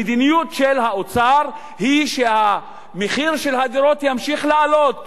המדיניות של האוצר היא שמחירי הדירות ימשיכו לעלות,